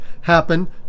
happen